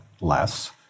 less